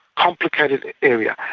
complicated area,